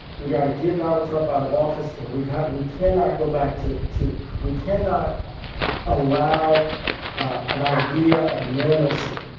we got to get donald trump out of office. and we can't we cannot go back to to we cannot allow an idea of normalcy,